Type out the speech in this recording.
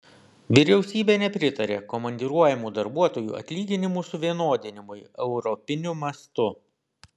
vyriausybė nepritaria komandiruojamų darbuotojų atlyginimų suvienodinimui europiniu mastu